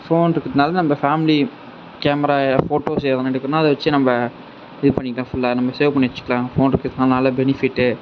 phone இருக்கிறதுனால நம்ம family camera photos எதுனா எடுக்கணும்னா அதை வச்சு நம்ம இது பண்ணிக்கிட்டால் ஃபுல்லாக நம்ம சேவ் பண்ணி வச்சுக்கிலாம் ஃபோன் இருக்கிறதுனால பெனிஃபிட்டு